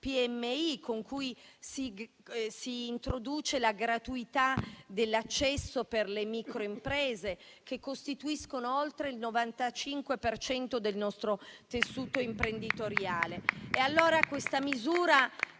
PMI, con cui si introduce la gratuità dell'accesso per le microimprese, che costituiscono oltre il 95 per cento del nostro tessuto imprenditoriale. Questa misura